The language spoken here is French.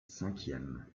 cinquième